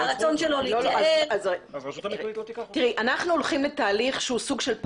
הרצון שלו להתייעל- -- אנחנו הולכים לתהליך שהוא סוג של פילוט.